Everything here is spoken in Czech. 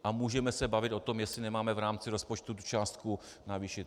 A můžeme se bavit o tom, jestli nemáme v rámci rozpočtu částku navýšit.